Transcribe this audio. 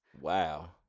Wow